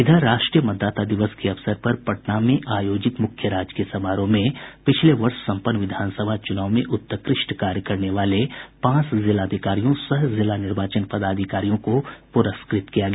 इधर राष्ट्रीय मतदाता दिवस के अवसर पर पटना में आयोजित मुख्य राजकीय समारोह में पिछले वर्ष सम्पन्न विधानसभा च्रनाव में उत्कृष्ट कार्य करने वाले पांच जिलाधिकारियों सह जिला निर्वाचन पदाधिकारियों को प्रस्कृत किया गया